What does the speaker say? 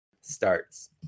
starts